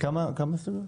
כמה הסתייגויות?